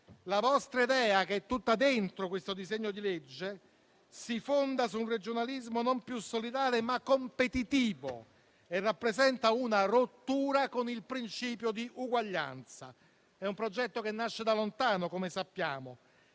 La vostra idea, che è tutta dentro questo disegno di legge, si fonda su un regionalismo non più solidale, ma competitivo e rappresenta una rottura con il principio di uguaglianza. È un progetto che nasce da lontano, come sappiamo,